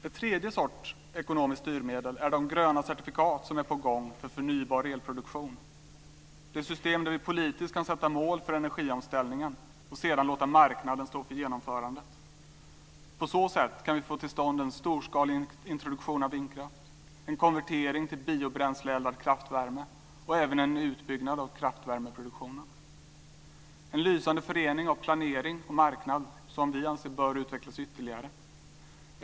Ett tredje sorts ekonomiskt styrmedel är de gröna certifikat som är på gång för förnybar elproduktion. Det är ett system där vi politiskt kan sätta mål för energiomställningen och sedan låta marknaden stå för genomförandet. På så sätt kan vi få till stånd en storskalig introduktion av vindkraft, en konvertering till biobränsleeldad kraftvärme och även en utbyggnad av kraftvärmeproduktionen. Det är en lysande förening av planering och marknad som vi anser bör utvecklas ytterligare.